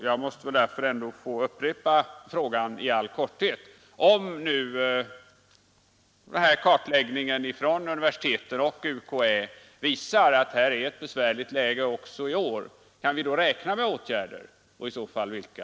Jag måste därför ändå få upprepa frågan i all korthet: Om nu den här kartläggningen inom universiteten och UKÄ visar att läget är besvärligt också i år, kan vi då räkna med åtgärder och i så fall vilka?